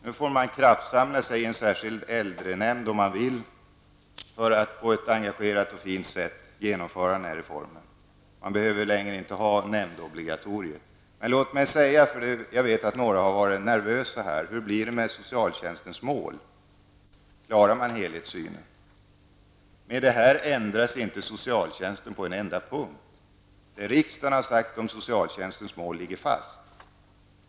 Man får kraftsamla sig i en särskild äldrenämnd, om man så vill, för att på ett fint och engagerat sätt genomföra denna reform. Man behöver inte längre ha något nämndobligatorium. Jag vet dock att några har varit nervösa för hur det skall bli med socialtjänstens mål och för om man skall klara helhetssynen. Låt mig säga att socialtjänsten med denna reform inte ändras på en enda punkt. Det som riksdagen har sagt om socialtjänstens mål ligger fast.